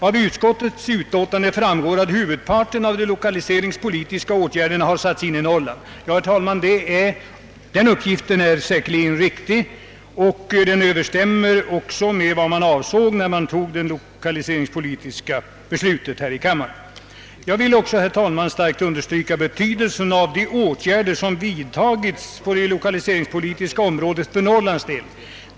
Av utskottets utlåtande framgår att huvudparten av de lokaliseringspolitiska åtgärderna har satts in i Norrland. Den uppgiften är säkerligen riktig och överensstämmer också med vad som avsågs med lokaliseringspolitiken när vi beslutade om den. Jag vill också starkt understryka betydelsen av de åtgärder som vidtagits på det lokaliseringspolitiska området för Norrlands del.